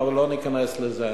אבל לא ניכנס לזה.